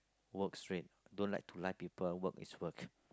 work straight don't like to lie people work is work